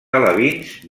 alevins